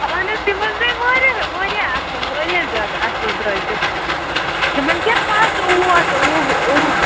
اہن حظ تِم حظ تِم حظ گے واریاہ واریاہ اَصٕل واریاہ زیادٕ اَصٕل درٛٲے تِم تِمَن کیٛاہ مَزٕ اوس اوٚہ اوٚہ